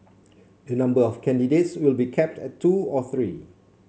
the number of candidates will be capped at two or three